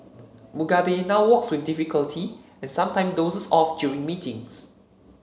Mugabe now walks with difficulty and sometimes dozes off during meetings